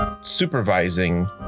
Supervising